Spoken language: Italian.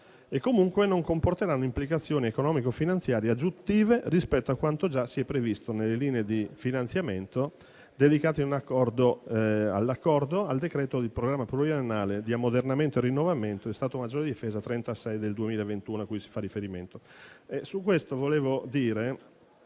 che comunque non comporteranno implicazioni economico-finanziarie aggiuntive rispetto a quanto già previsto nelle linee di finanziamento dedicate di cui al decreto di approvazione del programma pluriennale di ammodernamento e rinnovamento dello Stato maggiore della difesa n. 36 del 2021, a cui si fa riferimento. Su questo volevo dire